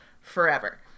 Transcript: forever